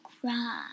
cry